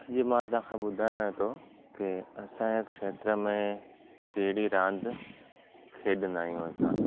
अॼु मां तव्हांखे ॿुधायां थो के असांजे खेत्र में कहिड़ी रांदि खेॾंदा आहियूं असां